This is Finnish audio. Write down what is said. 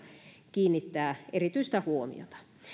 kiinnittää erityistä huomiota